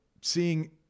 seeing